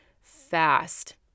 fast